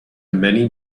many